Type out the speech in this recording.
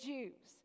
Jews